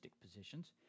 positions